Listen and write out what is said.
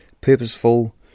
Purposeful